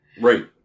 Right